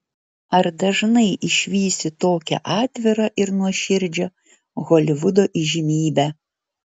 ar dažnai išvysi tokią atvirą ir nuoširdžią holivudo įžymybę